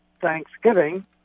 Thanksgiving